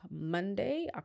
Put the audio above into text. Monday